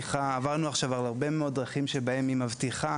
עברנו עכשיו על הרבה מאוד דרכים בהן היא מבטיחה